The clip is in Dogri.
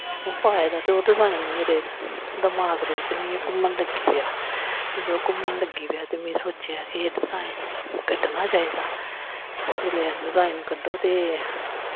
ओह् पाए दा ते ओह् डिजाइन मेरे दमाक दे बिच्च ना इ'यां घूमन लग्गी पेआ ते ओह् घूमन लगी पेआ ते में सोचेआ कि एह् डिजाइन कड्डना चाहिदा जेल्लै डिजाइन कड्डो ते